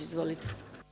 Izvolite.